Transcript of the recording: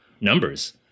numbers